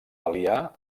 aliar